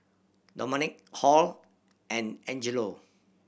Domonique Hall and Angelo